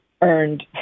earned